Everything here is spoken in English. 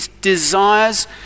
desires